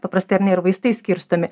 paprastai ar ne ir vaistai skirstomi